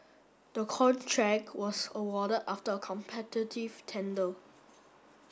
the contract was awarded after a competitive tender